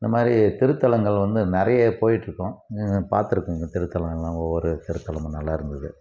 இந்தமாதிரி திருத்தலங்கள் வந்து நிறைய போயிட்டு இருக்கும் நீங்கள் பார்த்து இருப்பிங்க திருத்தலங்கள்லாம் ஒவ்வொரு திருத்தலங்களும் நல்லா இருந்தது